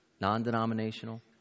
non-denominational